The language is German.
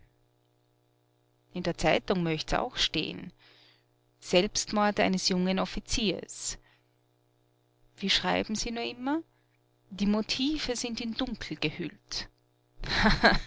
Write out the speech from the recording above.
in der zeitung möcht's auch steh'n selbstmord eines jungen offiziers wie schreiben sie nur immer die motive sind in dunkel gehüllt